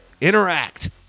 Interact